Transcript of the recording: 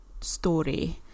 story